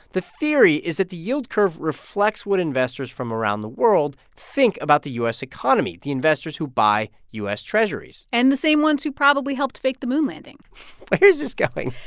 the theory is that the yield curve reflects what investors from around the world think about the u s. economy, the investors who buy u s. treasurys and the same ones who probably helped fake the moon landing where is this going?